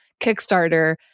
Kickstarter